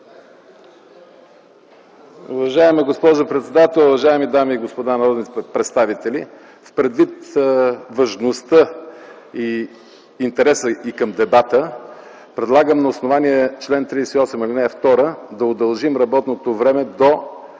Уважаема госпожо председател, уважаеми дами и господа народни представители! Предвид важността и интереса и към дебата, предлагам на основание чл. 38, ал. 2 да удължим работното време до